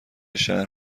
شهر